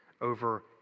over